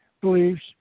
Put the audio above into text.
beliefs